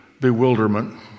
bewilderment